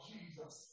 Jesus